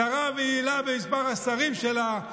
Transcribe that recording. צרה ויעילה במספר השרים שלה,